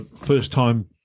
first-time